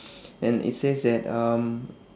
and it says that um